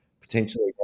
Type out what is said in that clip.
potentially